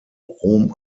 rom